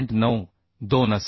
92 असेल